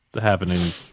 happening